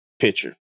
picture